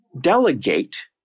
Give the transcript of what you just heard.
delegate